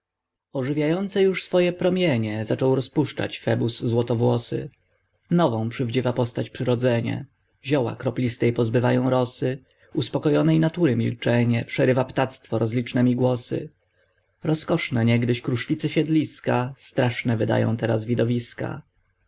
ożywiające już swoje promienie zaczął rozpuszczać febus złotowłosy nową przywdziewa postać przyrodzenie zioła kroplistej pozbywają rosy uspokojonej natury milczenie przerywa ptactwo rozlicznemi głosy rozkoszne niegdyś kruszwicy siedliska straszne wydają teraz widowiska